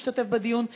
שהשתתף בדיון,